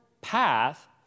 path